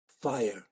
fire